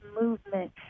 movement